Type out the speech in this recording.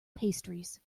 pastries